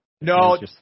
no